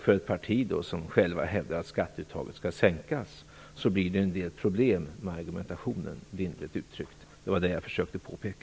För ett parti som självt hävdar att skatteuttaget skall sänkas blir det, lindrigt uttryckt, en del problem med argumentationen. Det var det som jag försökte påpeka.